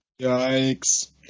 Yikes